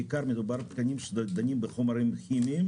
בעיקר מדובר בתקנים שדנים בחומרים כימיים